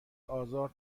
آزار